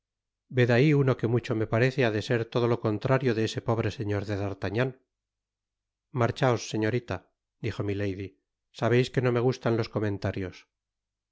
ved ahi uno que mucho me parece ha de ser todo lo contrario de ese pobre señor de d'artagnan marchaos señorita dijo milady sabeis que no me gustan los comentarios